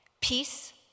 Peace